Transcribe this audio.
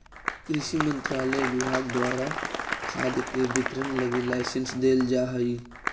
कृषि मंत्रालय के विभाग द्वारा खाद के वितरण लगी लाइसेंस देल जा हइ